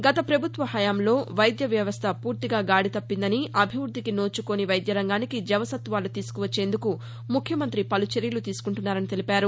గత పభుత్వ హయాంలో వైద్య వ్యవస్థ పూర్తిగా గాడి తప్పిందని అభివృద్దికి నోచుకోని వైద్య రంగానికి జవసత్వాలు తీసుకొచ్చేందుకు ముఖ్యమంత్రి చర్యలు తీసుకుంటున్నారని తెలిపారు